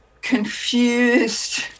confused